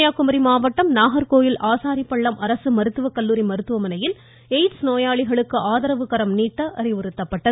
கன்னியாகுமரி மாவட்டம் நாகர்கோவில் ஆசாரிபள்ளம் அரசு மருத்துவக்கல்லூரி மருத்துவமனையில் எயிட்ஸ் நோயாளிகளுக்கு ஆதரவுக்கரம் நீட்ட அறிவுறுத்தப்பட்டது